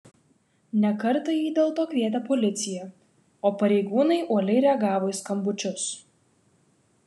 ne kartą ji dėl to kvietė policiją o pareigūnai uoliai reagavo į skambučius